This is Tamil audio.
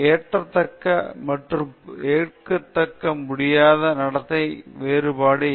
ஏற்கத்தக்க மற்றும் ஏற்றுக்கொள்ள முடியாத நடத்தைக்கு இடையில் வேறுபாடு எப்படி